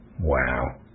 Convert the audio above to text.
Wow